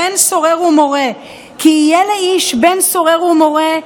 בן סורר ומורה: "כי יהיה לאיש בן סורר ומורה,